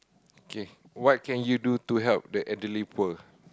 okay what can you do to help the elderly poor